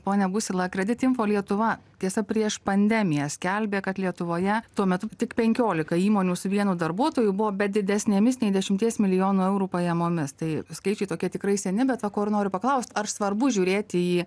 pone busila kredit info lietuva tiesa prieš pandemiją skelbė kad lietuvoje tuo metu tik penkiolika įmonių su vienu darbuotoju buvo bet didesnėmis nei dešimties milijonų eurų pajamomis tai skaičiai tokie tikrai seni bet va ko ir noriu paklaust ar svarbu žiūrėti į